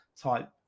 type